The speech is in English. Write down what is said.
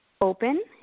open